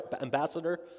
ambassador